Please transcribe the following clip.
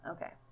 Okay